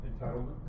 Entitlement